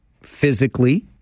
physically